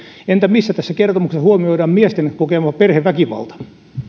entä missä tässä kertomuksessa huomioidaan miesten kokema perheväkivalta